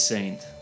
Saint